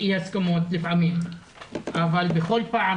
בכל פעם